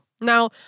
Now